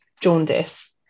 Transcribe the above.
jaundice